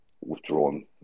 withdrawn